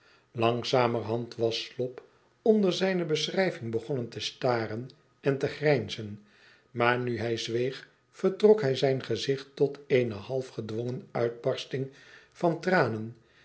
langzamerhand was slop onder zijne beschrijving begonnen te staren en te grijnzen maar nu hij zweeg vertrok hij zijn gezicht tot eene half gedwongen uitbarsting van tranen